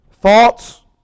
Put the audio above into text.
thoughts